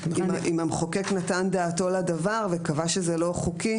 אם המחוקק נתן דעתו לדבר וקבע שזה לא חוקי,